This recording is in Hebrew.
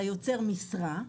אתה יוצר משרה,